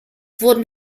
wurden